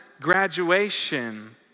graduation